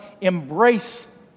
embrace